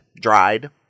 dried